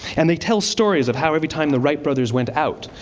and they tell stories of how every time the wright brothers went out,